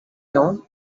known